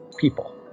people